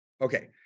Okay